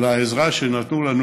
על העזרה שנתנו לנו